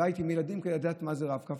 בבית עם ילדים כאלה, כדי לדעת מה זה רב-קו.